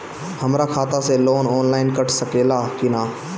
हमरा खाता से लोन ऑनलाइन कट सकले कि न?